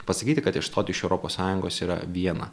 pasakyti kad išstoti iš europos sąjungos yra viena